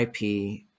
IP